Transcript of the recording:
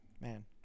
Man